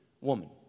woman